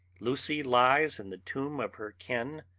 lucy lies in the tomb of her kin,